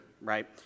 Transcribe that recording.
right